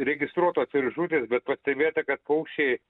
registruotos ir žūtys bet pastebėta kad paukščiai